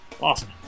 Awesome